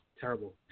Terrible